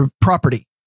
property